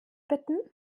bitten